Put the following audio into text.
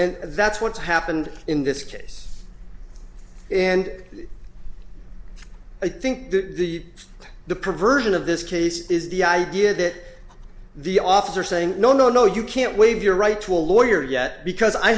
and that's what's happened in this case and i think the the perversion of this case is the idea that the officer saying no no no you can't waive your right to a lawyer yet because i